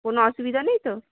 কোনো অসুবিধা নেই তো